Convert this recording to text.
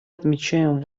отмечаем